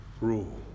rule